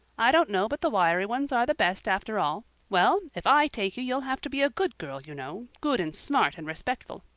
i don't know but the wiry ones are the best after all. well, if i take you you'll have to be a good girl, you know good and smart and respectful.